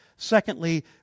Secondly